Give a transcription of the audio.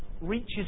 reaches